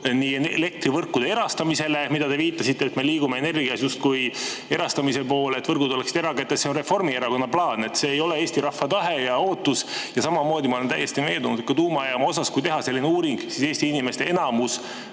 elektrivõrkude erastamisele, millele te viitasite, et me liigume energias justkui erastamise poole, et võrgud oleksid erakätes. See on Reformierakonna plaan. See ei ole Eesti rahva tahe ja ootus. Samamoodi ma olen täiesti veendunud, et ka tuumajaama puhul, kui teha selline uuring, siis Eesti inimeste enamus